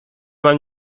mam